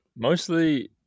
Mostly